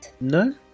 No